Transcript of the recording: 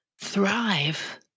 thrive